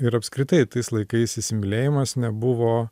ir apskritai tais laikais įsimylėjimas nebuvo